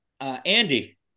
Andy